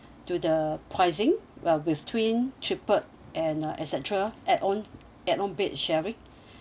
to the pricing uh with twin tripled and uh et cetera add own add own bed sharing